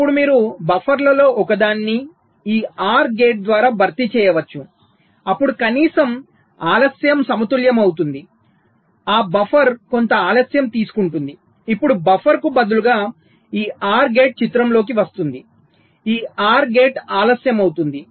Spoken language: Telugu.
ఇప్పుడు మీరు బఫర్లలో ఒకదానిని ఈ OR గేట్ ద్వారా భర్తీ చేయవచ్చు అప్పుడు కనీసం ఆలస్యం సమతుల్యమవుతుంది ఆ బఫర్ కొంత ఆలస్యం తీసుకుంటుంది ఇప్పుడు బఫర్కు బదులుగా ఈ OR గేట్ చిత్రంలోకి వస్తోంది ఈ OR గేట్ ఆలస్యం అవుతుంది